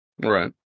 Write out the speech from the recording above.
Right